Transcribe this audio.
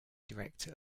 director